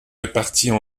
réparties